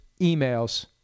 emails